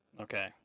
Okay